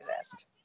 exist